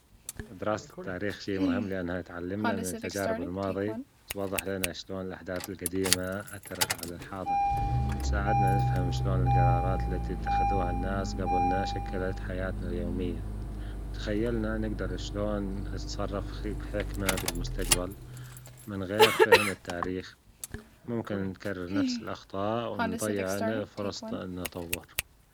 دراسة التاريخ شي مهم لأنها تعلمنا من التجارب الماضي، توضح لنا شلون الأحداث الجديمة أثرت على الحاضر، تساعدنا نفهم شلون الجرارات التي اتخذوها الناس جبل ما شكلت حياتنا اليومية، تخيلنا نجدر شلون نتصرف بحكمة بالمستجبل، من غير فهم التاريخ ممكن نكرر نفس الأخطاء ونضيع فرص نطورها.